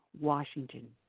Washington